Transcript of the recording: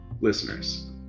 listeners